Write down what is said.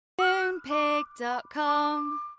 Moonpig.com